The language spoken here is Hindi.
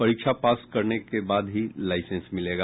परीक्षा पास करने के बाद ही लाईसेंस मिलेगा